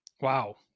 wow